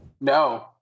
No